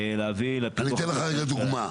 להביא --- אני אתן לך דוגמא.